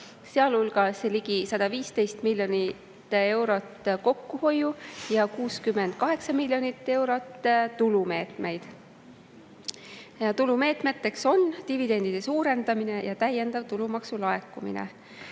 sealhulgas ligi 115 miljonit eurot kokkuhoiu‑ ja 68 miljonit eurot tulumeetmeid. Tulumeetmed on dividendide suurendamine ja täiendav tulumaksu laekumine.